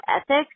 ethics